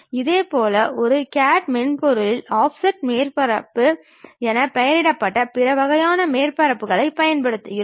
இதேபோல் ஒரு CAD மென்பொருளில் ஆஃப்செட் மேற்பரப்புகள் என பெயரிடப்பட்ட பிற வகையான மேற்பரப்புகளைப் பயன்படுத்துகிறோம்